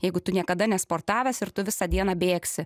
jeigu tu niekada nesportavęs ir tu visą dieną bėgsi